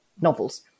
novels